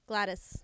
Gladys